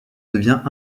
devient